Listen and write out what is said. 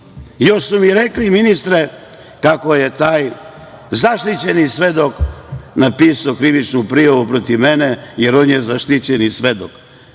Još su mi rekli, ministre, kako je taj zaštićeni svedok napisao krivičnu prijavu protiv mene, jer on je zaštićeni svedok.